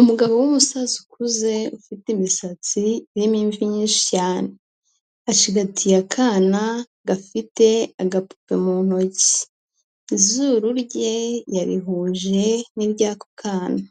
Umugabo w'umusaza ukuze ufite imisatsi irimo imvi nyinshi cyane. Acigatiye akana gafite agapupe mu ntoki. Izuru rye yarihuje n'iry'ako kana.